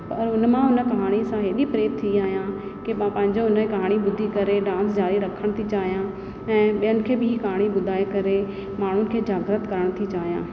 ऐं मां हुन कहाणी सां एॾी प्रेरित थी आहियां के मां पंहिंजो हुन जी कहाणी ॿुधी करे डांस जारी रखणु थी चाहियां ऐं ॿियनि खे बि कहाणी ॿुधाए करे माण्हुनि खे जाग्रत करणु थी चाहियां